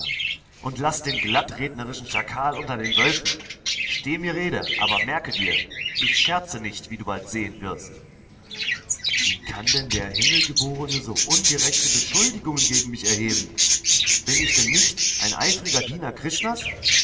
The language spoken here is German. und laß den glattrednerischen schakal unter den wölfen stehe mir rede aber merke dir ich scherze nicht wie du bald sehen wirst wie kann denn der himmelgeborene so ungerechte beschuldigungen gegen mich erheben bin ich denn nicht ein eifriger diener